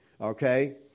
Okay